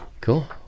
Cool